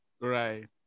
Right